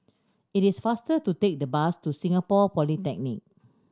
it is faster to take the bus to Singapore Polytechnic